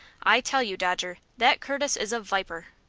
i tell you, dodger, that curtis is a viper.